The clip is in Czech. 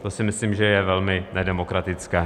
To si myslím, že je velmi nedemokratické.